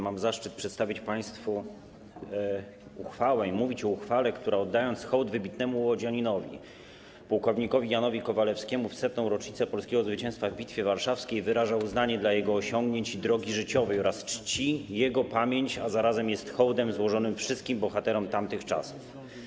Mam zaszczyt przedstawić państwu uchwałę i mówić o uchwale, która oddając hołd wybitnemu łodzianinowi płk. Janowi Kowalewskiemu w 100. rocznicę polskiego zwycięstwa w Bitwie Warszawskiej, wyraża uznanie dla jego osiągnięć i drogi życiowej oraz czci jego pamięć, a zarazem jest hołdem złożonym wszystkim bohaterom tamtych czasów.